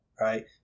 Right